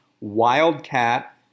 wildcat